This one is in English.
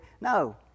No